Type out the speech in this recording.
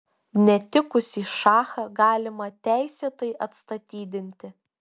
netikusį šachą galima teisėtai atstatydinti